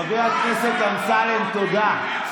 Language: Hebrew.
חבר הכנסת אמסלם, תודה.